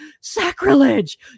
sacrilege